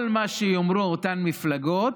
כל מה שיאמרו אותן מפלגות,